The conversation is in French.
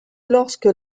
lorsque